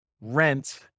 Rent